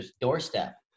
doorstep